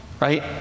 right